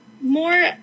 more